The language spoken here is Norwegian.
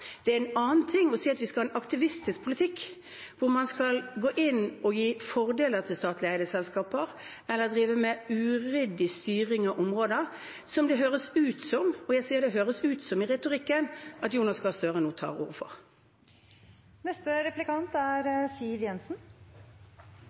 Det er en annen ting å si at vi skal ha en aktivistisk politikk, hvor man skal gå inn og gi fordeler til statlig eide selskaper eller drive med uryddig styring av områder, som det høres ut som – og jeg sier at det høres ut som – at Jonas Gahr Støre nå i sin retorikk tar til orde for. Jeg er